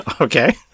Okay